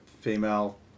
female